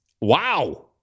Wow